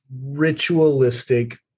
ritualistic